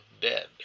dead